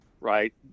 right